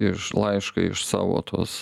iš laišką iš savo tos